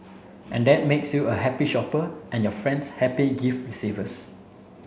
and that makes you a happy shopper and your friends happy gift receivers